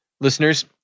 Listeners